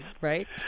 Right